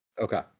Okay